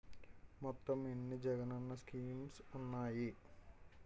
మొత్తం ఎన్ని జగనన్న స్కీమ్స్ ఉన్నాయి?